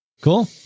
Cool